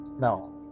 Now